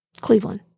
Cleveland